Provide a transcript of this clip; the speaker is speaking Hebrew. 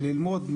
וללמוד,